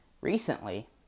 recently